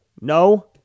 No